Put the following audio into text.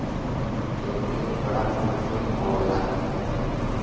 खेती क एक बड़ा सा मसीन होला